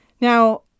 Now